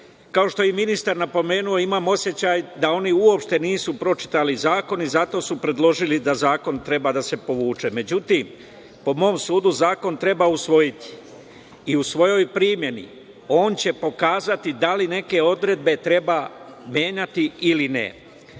što je i ministar napomenuo, imam osećaj da oni uopšte nisu pročitali zakon i zato su predložili da zakon treba da se povuče. Međutim, po mom sudu zakon treba usvojiti i u svoj primeni on će pokazati da li neke odredbe treba menjati ili ne. Ono